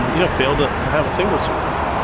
you know, failed ah to have a single source.